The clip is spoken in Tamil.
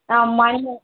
ஆ